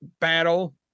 battle